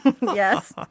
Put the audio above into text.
Yes